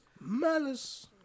Malice